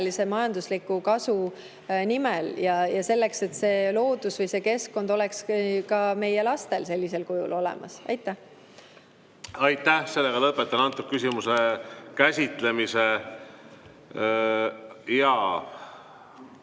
majandusliku kasu nimel, ja selleks, et loodus või keskkond oleks ka meie lastel sellisel kujul olemas. Aitäh! Lõpetan selle küsimuse käsitlemise.